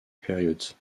period